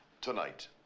Tonight